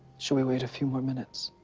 should we wait a few more minutes?